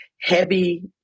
heavy